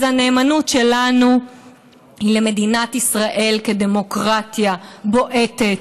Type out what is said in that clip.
אז הנאמנות שלנו היא למדינת ישראל כדמוקרטיה בועטת,